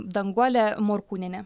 danguolė morkūnienė